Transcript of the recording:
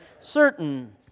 certain